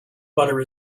butter